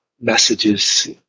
messages